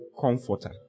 comforter